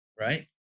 right